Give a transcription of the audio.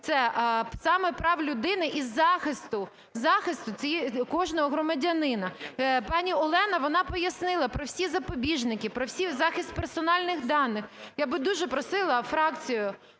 це саме прав людини і захисту кожного громадянина. Пані Олена, вона пояснила про всі запобіжники, про захист персональних даних. Я би дуже просила фракцію